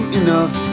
enough